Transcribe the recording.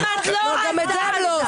גם את זה הם לא עושים.